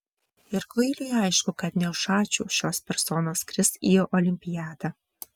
ir kvailiui aišku kad ne už ačiū šios personos skris į olimpiadą